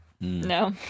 No